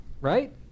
right